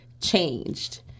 changed